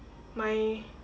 my